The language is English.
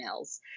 emails